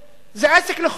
זה עסק לכל דבר.